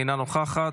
אינה נוכחת,